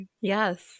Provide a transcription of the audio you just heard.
Yes